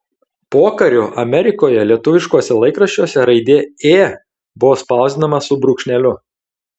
pokariu amerikoje lietuviškuose laikraščiuose raidė ė buvo spausdinama su brūkšneliu